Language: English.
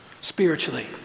spiritually